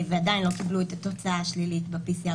עדיין לא קיבלו את התוצאה השלילית של ה-PCR